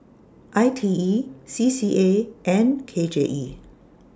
I T E C C A and K J E